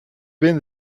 been